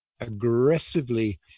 aggressively